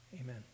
amen